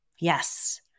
Yes